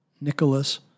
Nicholas